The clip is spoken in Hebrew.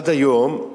עד היום,